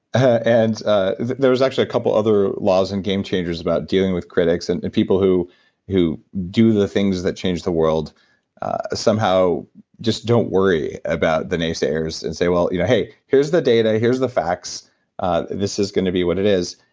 ah and ah there was actually a couple of other laws and game changers about dealing with critics, and and people who who do the things that change the world somehow just don't worry about the naysayers. and say, well you know hey, here's the data. here's the facts this is going to be what it is.